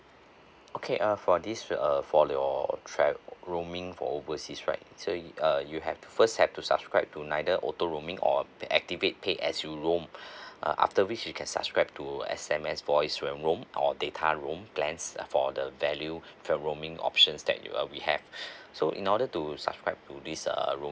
okay uh for this uh for your tra~ roaming for overseas right so you uh you have first have to subscribe to neither auto roaming or the activate pay as you roam uh after which you can subscribe to S_M_S voice roam or data roam plans uh for the value for roaming options that you uh we have so in order to subscribe to this uh roaming